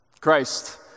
Christ